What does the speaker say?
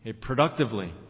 productively